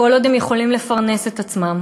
כל עוד הם יכולים לפרנס את עצמם,